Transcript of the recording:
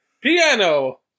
Piano